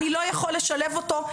אני לא יכול לשלב אותו,